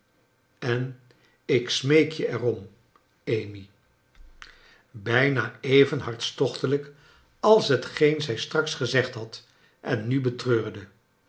en ik smeek je er om amy r bijna kleine dorrit even hartstochtelijk als hetgeen zij straks gezegd had en nu betreurde